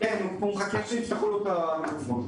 דודי שוקף, בבקשה.